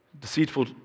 Deceitful